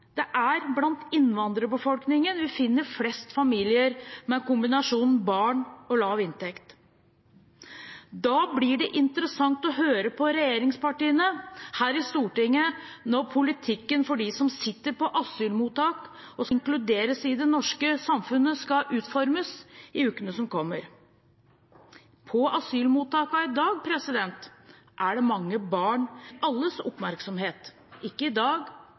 det er blant innvandrerbefolkningen vi finner flest familier med kombinasjonen barn og lav inntekt. Da blir det interessant å høre på regjeringspartiene her i Stortinget når politikken for dem som sitter på asylmottak og skal inkluderes i det norske samfunnet, skal utformes i ukene som kommer. På asylmottakene i dag er det mange barn med foreldre som trenger alles oppmerksomhet, ikke bare i dag,